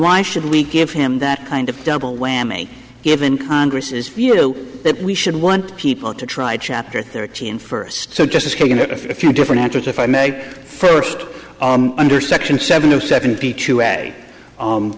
why should we give him that kind of double whammy given congress view that we should want people to try chapter thirteen first so just going to a few different answers if i may first under section seven of seventy two a